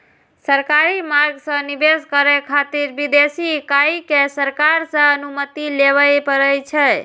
सरकारी मार्ग सं निवेश करै खातिर विदेशी इकाई कें सरकार सं अनुमति लेबय पड़ै छै